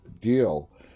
deal